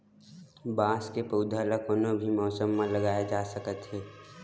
बांस के पउधा ल कोनो भी मउसम म लगाए जा सकत हे